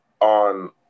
on